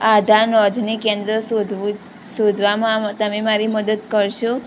આધાર નોંધણી કેન્દ્ર શોધવું શોધવામાં તમે મારી મદદ કરશો